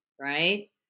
right